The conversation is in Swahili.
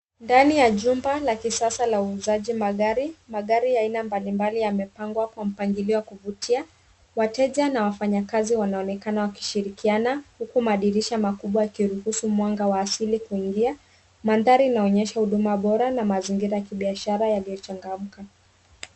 Ndani ya jumba la kisasa la uuzaji magari, magari aina mbalimbali yamepangwa kwa mpangilio wa kuvutia. Wateja na wafanyakazi wanaonekana wakishirikiana, huku madirisha makubwa yakiruhusu mwanga asili kuingia. Mandhari inaonyesha huduma bora na mazingira ya kibiashara yaliyochangamka.